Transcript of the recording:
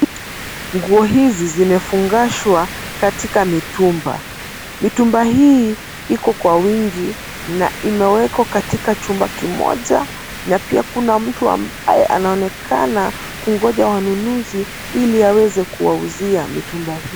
Nguo hizi zimefungashwa katika mitumba. Mitumba hii iko kwa wingi na imewekwa katika chumba kimoja na pia kuna mtu ambaye anaonekana kungoja wanunuzi ili aweze kuwauzia mitumba hii.